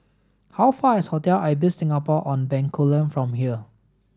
how far is Hotel Ibis Singapore On Bencoolen from here